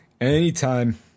anytime